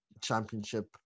championship